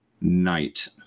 night